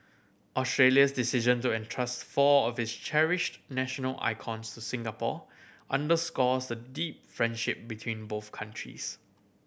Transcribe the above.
Australia's decision to entrust four of its cherished national icons to Singapore underscores the deep friendship between both countries